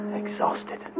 exhausted